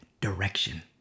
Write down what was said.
direction